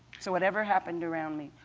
so whatever happened around me,